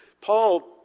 Paul